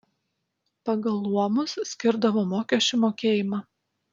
pagal luomus skirdavo mokesčių mokėjimą